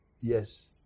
yes